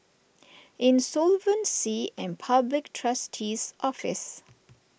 Insolvency and Public Trustee's Office